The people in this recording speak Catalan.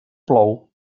plou